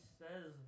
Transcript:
says